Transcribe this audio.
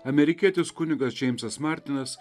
amerikietis kunigas džeimsas martinas